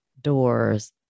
doors